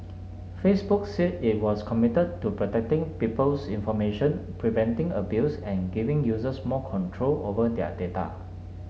Facebook said it was committed to protecting people's information preventing abuse and giving users more control over their data